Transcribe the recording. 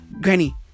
Granny